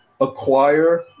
acquire